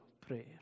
prayer